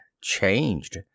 changed